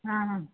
हँ